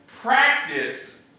practice